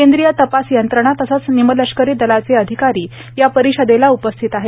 केंद्रीय तपास यंत्रणा तसच निमलष्करी दलाचे अधिकारी या परिषदेला उपस्थित आहेत